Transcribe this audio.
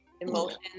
emotions